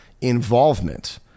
involvement